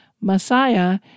Messiah